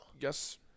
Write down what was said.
Yes